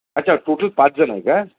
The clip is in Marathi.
अच्छा टोटल पाच जण आहे का